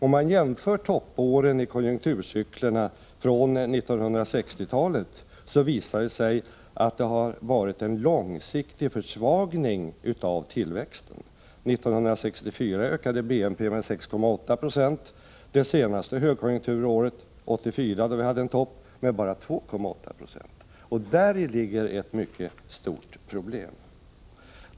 Om man jämför toppåren i konjunkturcyklerna från 1960-talet, visar det sig att det har varit en långsiktig försvagning av tillväxten. 1964 ökade BNP med 6,8 96. Det senaste högkonjunkturåret, 1984, då vi hade en topp, var ökningen bara 2,8 20. Däri ligger ett mycket stort problem.